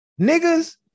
niggas